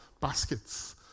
baskets